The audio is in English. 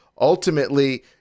ultimately